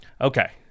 Okay